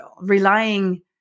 relying